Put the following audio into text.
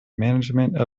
management